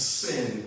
sin